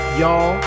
y'all